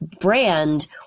brand